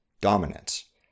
dominance